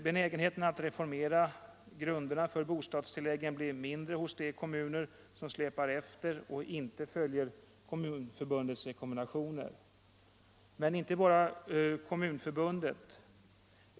Benägenheterna att reformera grunderna för bostadstilläggen blir mindre hos de kommuner som släpar efter och inte följer Kommunförbundets rekommendationer. Men det gäller inte bara Kommunförbundet.